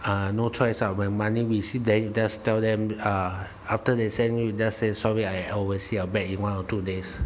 uh no choice ah when money receive then you just tell them uh after they send you you just say sorry I overseas I back in one or two days